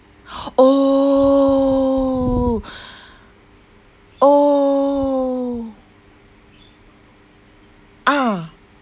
oh oh ah